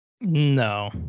No